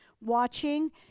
watching